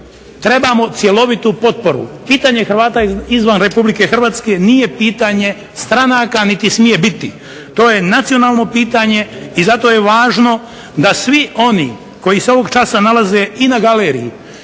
trebamo cjelovitu potporu. Pitanje Hrvata izvan Republike Hrvatske nije pitanje stranaka, niti smije biti, to je nacionalno pitanje i zato je važno da svi oni koji se ovog časa nalaze i na galeriji,